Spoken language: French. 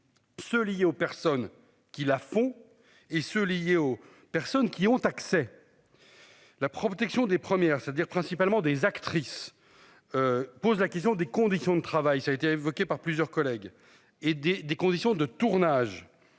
Ceux liés aux personnes qui la font et ceux liés aux personnes qui ont accès. La protection des premières c'est-à-dire principalement des actrices. Pose la question des conditions de travail, ça a été évoqué par plusieurs collègues et des, des conditions de tournage